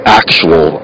actual